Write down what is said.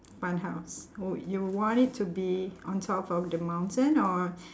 fun house oh you want it to be on top of the mountain or